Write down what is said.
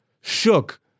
Shook